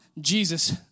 Jesus